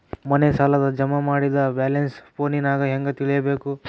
ಮನೆ ಸಾಲ ಜಮಾ ಮಾಡಿದ ಬ್ಯಾಲೆನ್ಸ್ ಫೋನಿನಾಗ ಹೆಂಗ ತಿಳೇಬೇಕು?